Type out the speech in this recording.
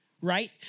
right